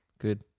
Good